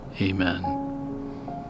Amen